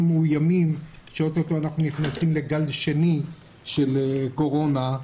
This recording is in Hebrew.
מאוימים שאו-טו-טו אנחנו נכנסים לגל שני של קורונה.